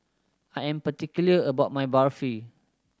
I am particular about my Barfi